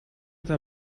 это